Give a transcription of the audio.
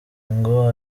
ngo